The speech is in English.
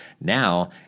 Now